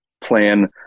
plan